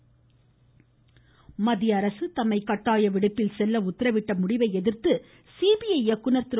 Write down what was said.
CBI மத்திய அரசு தம்மை கட்டாய விடுப்பில் செல்ல உத்தரவிட்ட முடிவை எதிர்த்து சிபிஐ இயக்குனர் திரு